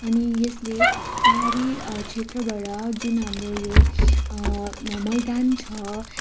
अनि यसले पहाडी क्षेत्रबाट जुन हाम्रो यो मैदान छ